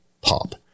pop